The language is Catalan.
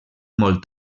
molt